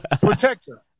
protector